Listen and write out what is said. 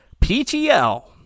PTL